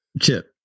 Chip